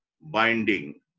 binding